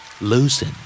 Loosen